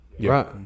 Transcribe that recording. right